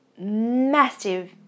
massive